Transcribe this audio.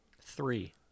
Three